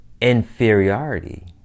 inferiority